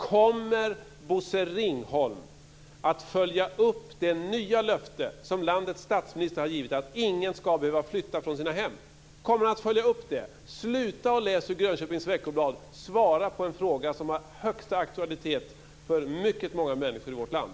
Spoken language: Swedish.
Kommer Bosse Ringholm att följa upp det nya löfte som landets statsminister har givit att ingen ska behöva flytta från sitt hem? Kommer han att följa upp det? Sluta att läsa ur Grönköpings Veckoblad! Svara på en fråga som har högsta aktualitet för många människor i vårt land!